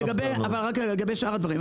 לגבי שאר הדברים,